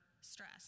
stress